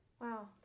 wow